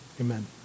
amen